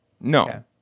No